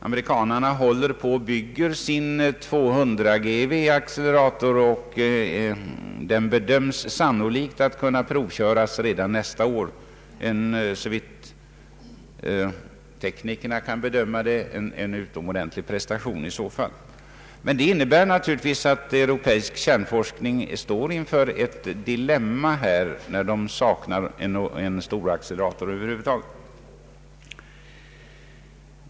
Amerikanerna håller på att bygga sin 200 GeV-accelerator, vilken sannolikt kommer att kunna provköras redan nästa år — i så fall en utomordentlig prestation, såvitt teknikerna kan bedöma. Allt detta innebär att den europeiska kärnforskningen står inför ett dilemma i och med att man saknar en storaccelerator över huvud taget.